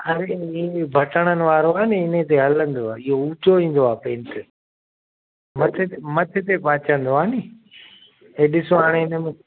हा इहो इहो ई बटणनि वारो आहे नी इनते हलंदुव इहो उचो ईंदो आहे पेंट मथे ते मथे ते पाचंदो आहे नी हीउ ॾिसो हाणे इनमें